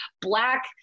black